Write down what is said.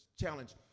Challenge